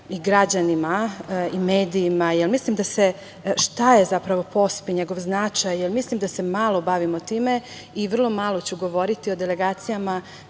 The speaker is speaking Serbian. građanima i medijima, šta je zapravo POSP i njegov značaj, jer mislim da se malo bavimo time i vrlo malo ću govoriti o delegacijama.